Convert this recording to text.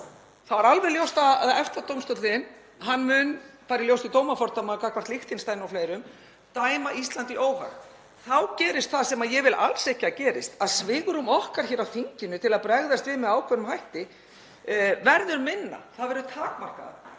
þá er alveg ljóst að EFTA-dómstóllinn mun, í ljósi dómafordæma gagnvart Liechtenstein og fleirum, dæma Íslandi í óhag. Þá gerist það sem ég vil alls ekki að gerist, að svigrúm okkar hér á þinginu til að bregðast við með ákveðnum hætti verður minna. Það verður takmarkaðra.